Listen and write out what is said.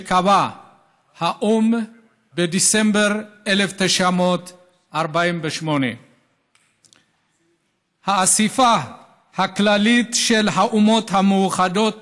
שהאו"ם קבע בדצמבר 1948. האספה הכללית של האומות המאוחדות